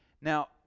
Now